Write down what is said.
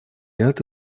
ряд